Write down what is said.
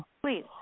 please